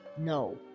No